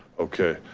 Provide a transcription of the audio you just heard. okay,